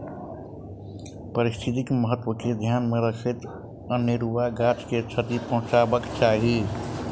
पारिस्थितिक महत्व के ध्यान मे रखैत अनेरुआ गाछ के क्षति पहुँचयबाक चाही